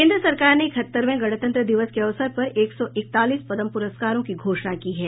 केंद्र सरकार ने इकहत्तरवें गणतंत्र दिवस के अवसर पर एक सौ इकतालीस पद्म पुरस्कारों की घोषणा की है